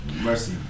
Mercy